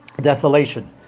desolation